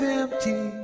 empty